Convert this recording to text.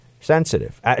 sensitive